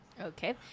Okay